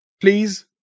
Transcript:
Please